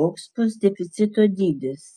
koks bus deficito dydis